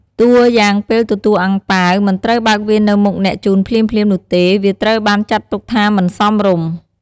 តួរយ៉ាងពេលទទួលអាំងប៉ាវ មិនត្រូវបើកវានៅមុខអ្នកជូនភ្លាមៗនោះទេ វាត្រូវបានចាត់ទុកថាមិនសមរម្យ។